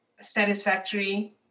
satisfactory